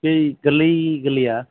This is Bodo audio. बै गोर्लै गोर्लैया